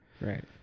Right